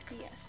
Yes